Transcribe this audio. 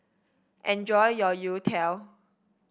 enjoy your youtiao